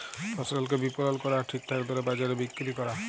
ফসলকে বিপলল ক্যরা আর ঠিকঠাক দরে বাজারে বিক্কিরি ক্যরা